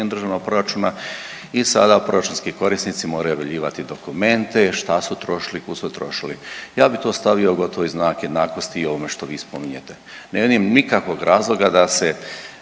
državnog proračuna i sada proračunski korisnici moraju objavljivati dokumente šta su trošili, kud su trošili. Ja bi to stavio gotovo znak jednakosti ovome što vi spominjete, ne vidim nikakvog razloga se